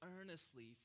earnestly